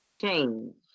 change